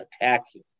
attacking